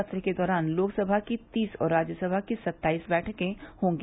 सत्र के दौरान लोकसभा की तीस और राज्यसभा की सत्ताईस बैठकें होंगी